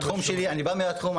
אני בא מהתחום,